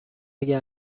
اگه